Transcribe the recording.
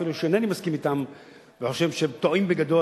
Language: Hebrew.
אפילו שאינני מסכים אתם וחושב שהם טועים בגדול,